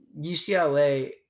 UCLA